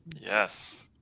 yes